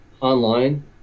online